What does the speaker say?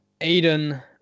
Aiden